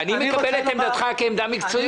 אני מקבל את עמדתך כעמדה מקצועית.